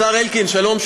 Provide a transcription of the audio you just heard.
השר אלקין, שלום.